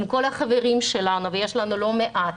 עם כל החברים שלנו שיש לנו לא מעט.